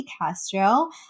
Castro